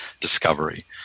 discovery